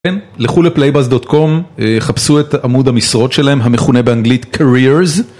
לכו לפלייבאז.קום, חפשו את עמוד המשרות שלהם המכונה באנגלית קרירס.